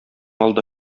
алда